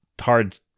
hard